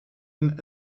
een